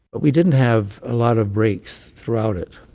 but we didn't have a lot of breaks throughout it.